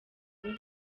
wowe